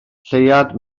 lleuad